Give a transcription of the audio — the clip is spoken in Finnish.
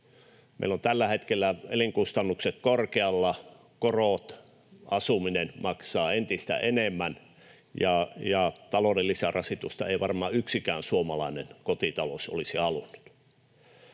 Meillä on tällä hetkellä elinkustannukset ja korot korkealla, asuminen maksaa entistä enemmän, ja talouden lisärasitusta ei varmaan yksikään suomalainen kotitalous olisi halunnut.